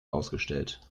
ausgestellt